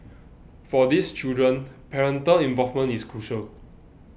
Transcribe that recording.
for these children parental involvement is crucial